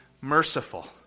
merciful